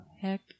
Heck